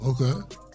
okay